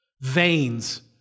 veins